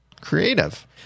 Creative